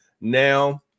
now